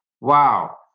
wow